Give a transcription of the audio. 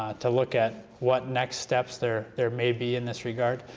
to look at what next steps there there may be in this regard,